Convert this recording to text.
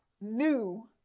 new